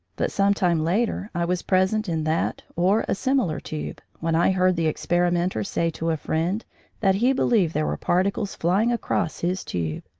but some time later i was present in that or a similar tube when i heard the experimenter say to a friend that he believed there were particles flying across his tube.